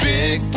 Big